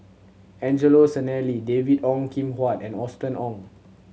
Angelo Sanelli David Ong Kim Huat and Austen Ong